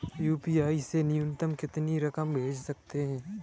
UPI से न्यूनतम कितनी रकम भेज सकते हैं?